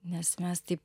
nes mes taip